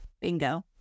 Bingo